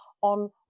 on